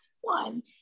one